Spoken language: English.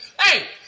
hey